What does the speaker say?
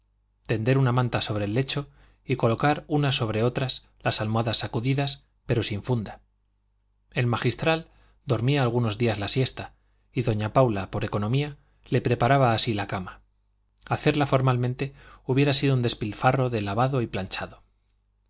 tender una manta sobre el lecho y colocar una sobre otras las almohadas sacudidas pero sin funda el magistral dormía algunos días la siesta y doña paula por economía le preparaba así la cama hacerla formalmente hubiera sido un despilfarro de lavado y planchado